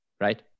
Right